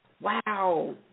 Wow